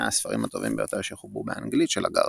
הספרים הטובים ביותר שחוברו באנגלית של הגרדיאן.